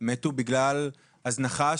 בגלל הזנחה,